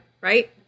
right